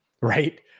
right